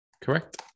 Correct